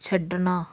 ਛੱਡਣਾ